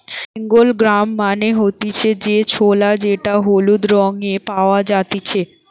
Bengal gram মানে হতিছে যে ছোলা যেটা হলুদ রঙে পাওয়া জাতিছে